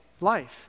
life